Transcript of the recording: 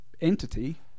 entity